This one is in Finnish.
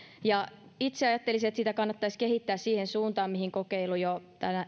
itse ajattelisin että sitä kannattaisi kehittää siihen suuntaan mihin kokeilu jo